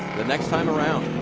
next time around.